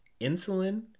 insulin